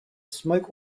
smoke